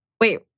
Wait